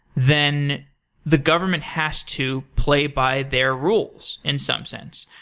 then the government has to play by their rules in some sense.